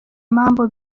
mambo